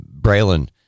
Braylon